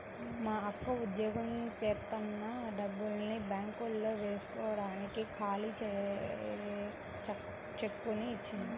మా అక్క ఉద్యోగం జేత్తన్న డబ్బుల్ని బ్యేంకులో వేస్కోడానికి ఖాళీ చెక్కుని ఇచ్చింది